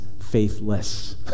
faithless